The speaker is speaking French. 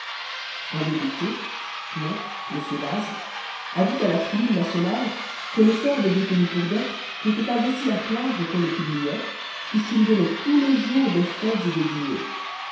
un député a dit à la tribune nationale que le sort des détenus pour dettes n'était pas aussi à plaindre qu'on le publiait puisqu'ils donnaient tous les jours des fêtes et des dîners